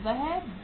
वह 270000 है